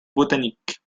botanique